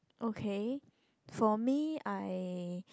okay for me I